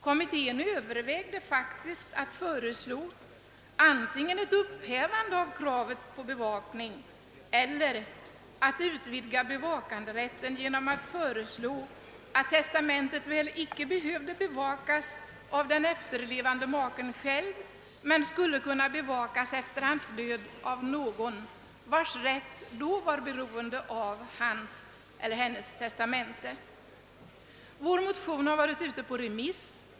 Kommittén övervägde faktiskt att föreslå antingen ett upphävande av kravet på bevakning eller att utvidga bevakanderätten genom att föreslå, att testamentet väl icke behövde bevakas av den efterlevande maken själv men skulle kunna bevakas efter hans död av någon, vars rätt då var beroende av hans testamente. Vår motion har varit ute på remiss.